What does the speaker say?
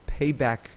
payback